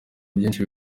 byinshi